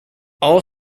all